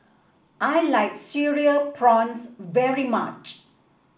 I like Cereal Prawns very much